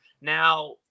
now